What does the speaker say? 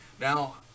Now